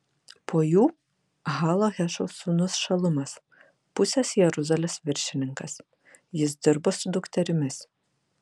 po jų ha lohešo sūnus šalumas pusės jeruzalės viršininkas jis dirbo su dukterimis